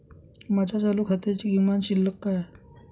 माझ्या चालू खात्याची किमान शिल्लक काय आहे?